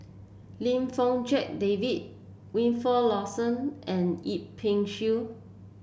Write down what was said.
Lim Fong Jack David Wilfed Lawson and Yip Pin Xiu